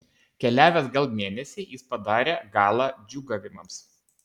keliavęs gal mėnesį jis padarė galą džiūgavimams